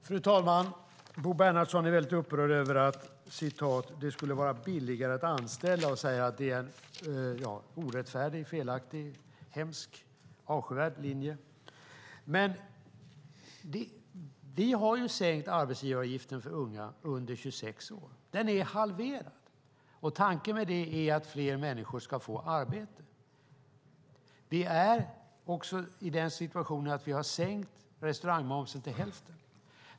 Fru talman! Bo Bernhardsson är mycket upprörd över att det skulle vara billigare att anställa och säger att det är en orättfärdig, felaktig, hemsk och avskyvärd linje. Vi har sänkt arbetsgivaravgiften för unga under 26 år. Den är halverad. Tanken med det är att fler människor ska få arbete. Vi befinner oss också i den situationen att vi har sänkt restaurangmomsen till hälften.